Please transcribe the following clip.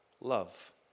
love